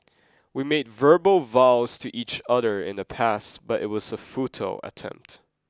we made verbal vows to each other in the past but it was a futile attempt